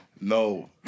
No